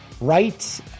right